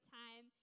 time